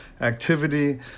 activity